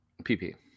PP